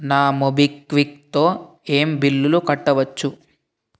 నా మోబిక్విక్తో ఏం బిల్లులు కట్టవచ్చు